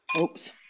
Oops